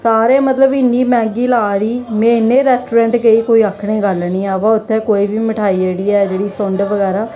सारे मतलब इन्नी मैंह्गी ला दे में इन्ने रेस्ट्ररोंट गेई कोई आखने दी गल्ल नेईं ऐ अवा उत्थे कोई बी मठाई जेह्ड़ी ऐ जेह्ड़ी सुंड बगैरा